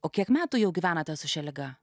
o kiek metų jau gyvenate su šia liga